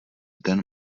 den